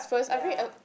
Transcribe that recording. ya